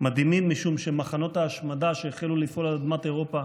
מדהימים משום שמחנות ההשמדה על אדמת אירופה